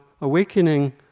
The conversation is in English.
awakening